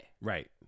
Right